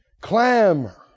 clamor